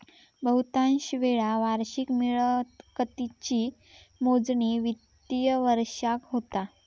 बहुतांशी वेळा वार्षिक मिळकतीची मोजणी वित्तिय वर्षाक होता